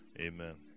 amen